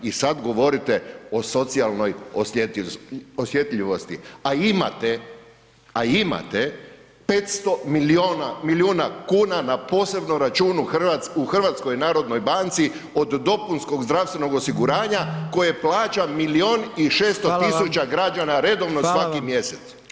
I sad govorite o socijalnoj osjetljivosti, a imate, a imate 500 milijuna kuna na posebnom računu u HNB-u od dopunskog zdravstvenog osiguranja koje plaća milion i 600 građana [[Upadica: Hvala vam.]] redovno svaki mjesec.